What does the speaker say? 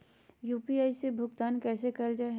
UPI से भुगतान कैसे कैल जहै?